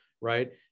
right